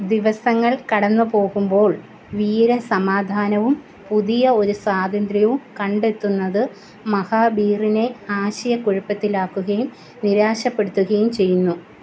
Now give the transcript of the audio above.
ദിവസങ്ങൾ കടന്നുപോകുമ്പോൾ വീര സമാധാനവും പുതിയ ഒരു സ്വാതന്ത്ര്യവും കണ്ടെത്തുന്നത് മഹാബീറിനെ ആശയക്കുഴപ്പത്തിലാക്കുകയും നിരാശപ്പെടുത്തുകയും ചെയ്യുന്നു